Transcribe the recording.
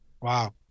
Wow